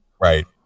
Right